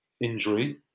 injury